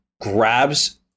grabs